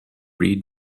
read